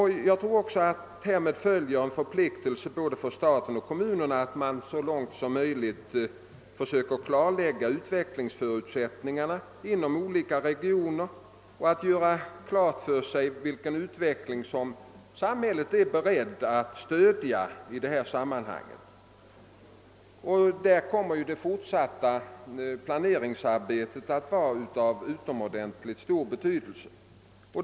Härmed följer en förpliktelse för både staten och kommunerna att så långt som möjligt försöka klarlägga utvecklingsförutsättningarna inom olika regioner och göra klart för sig vilken utveckling som samhället är berett att stödja i dessa sammanhang. Där kommer det fortsatta planeringsarbetet att vara av utomordentligt stor betydelse.